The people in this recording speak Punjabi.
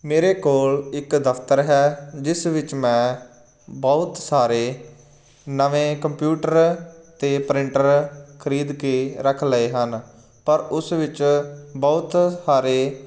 ਮੇਰੇ ਕੋਲ ਇੱਕ ਦਫ਼ਤਰ ਹੈ ਜਿਸ ਵਿੱਚ ਮੈਂ ਬਹੁਤ ਸਾਰੇ ਨਵੇਂ ਕੰਪਿਊਟਰ ਅਤੇ ਪ੍ਰਿੰਟਰ ਖਰੀਦ ਕੇ ਰੱਖ ਲਏ ਹਨ ਪਰ ਉਸ ਵਿੱਚ ਬਹੁਤ ਸਾਰੇ